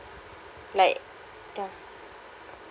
like ya